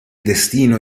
destino